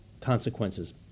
consequences